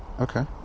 Okay